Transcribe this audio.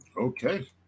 Okay